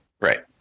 right